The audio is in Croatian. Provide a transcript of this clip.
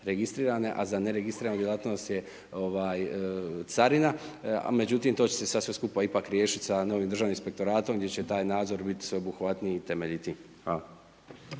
registrirane a za neregistrirane djelatnost je ovaj carina međutim to će se sad sve skupa ipak riješit sa novim državnim inspektoratom gdje će taj nadzor biti sveobuhvatniji i temeljitiji.